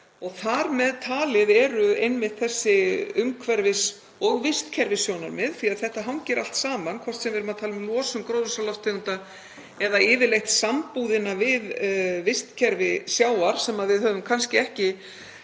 og þar með talið eru einmitt þessi umhverfis- og vistkerfissjónarmið, því að þetta hangir allt saman hvort sem við erum að tala um losun gróðurhúsalofttegunda eða yfirleitt sambúðina við vistkerfi sjávar, sem við höfum kannski ekki